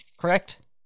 correct